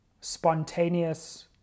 spontaneous